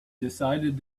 decided